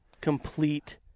Complete